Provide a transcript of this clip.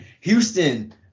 Houston